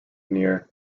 near